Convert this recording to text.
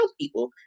people